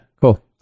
Cool